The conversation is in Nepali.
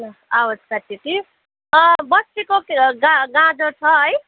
ला आवाज काटियो कि बस्तीको गा गा गाजर छ है